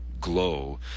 glow